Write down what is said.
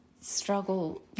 struggle